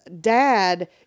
dad